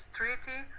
treaty